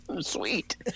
Sweet